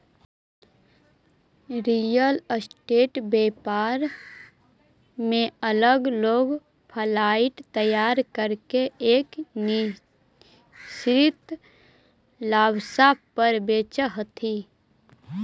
real estate व्यापार में लगल लोग फ्लाइट तैयार करके एक निश्चित लाभांश पर बेचऽ हथी